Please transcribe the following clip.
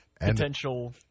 potential